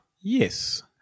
Yes